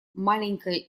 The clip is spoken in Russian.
маленькая